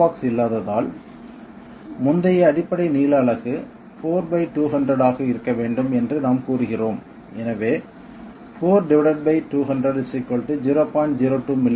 gearbox இல்லாததால் முந்தைய அடிப்படை நீள அலகு 4200 ஆக இருக்க வேண்டும் என்று நாம் கூறுகிறோம் எனவே 4 டிவைடெட் பை 200 0